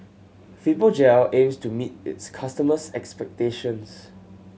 Fibogel aims to meet its customers' expectations